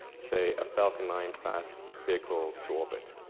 say, a falcon nine class vehicle to orbit?